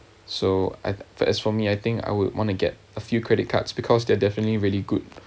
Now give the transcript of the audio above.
so as for as for me I think I would want to get a few credit cards because there're definitely really good